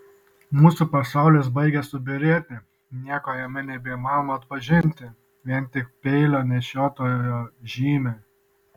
mūsų pasaulis baigia subyrėti nieko jame nebeįmanoma atpažinti vien tik peilio nešiotojo žymę